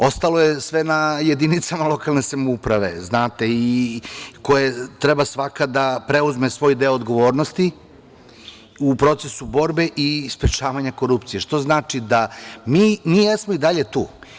Ostalo je sve na jedinicama lokalne samouprave, koje trebaju svaka da preuzme svoj deo odgovornosti u procesu borbe i sprečavanja korupcije, što znači da mi jesmo i dalje tu.